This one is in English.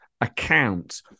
account